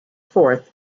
fourth